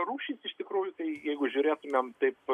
rūšys iš tikrųjų jeigu žiūrėtumėm taip